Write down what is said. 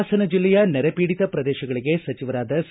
ಹಾಸನ ಜಿಲ್ಲೆಯ ನೆರೆಪೀಡಿತ ಪ್ರದೇಶಗಳಿಗೆ ಸಚಿವರಾದ ಸಿ